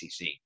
ACC